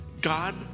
God